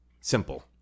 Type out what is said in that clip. simple